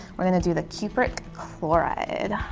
we're gonna do the cupric chloride.